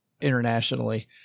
internationally